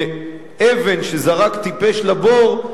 שאבן שזרק טיפש לבור,